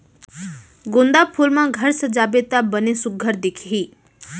गोंदा फूल म घर सजाबे त बने सुग्घर दिखही